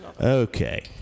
Okay